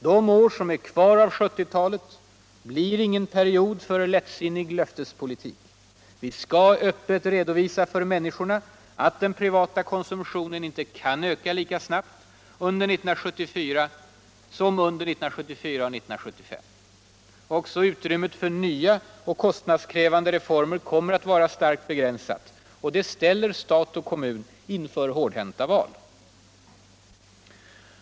De år som är kvar av 70-talet blir ingen period för lättsinnig löftespolitik. Vi skall öppet redovisa för människorna att den privata konsumtionen inte kan öka lika snabbt som under 1974 och 1975. Också utrymmet för nya och kostnadskriävande reformer kommer att vara starkt begränsat. Det ställer stat och kommun inför hårdhänta val.